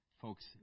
folks